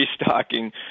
restocking